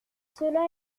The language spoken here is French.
cela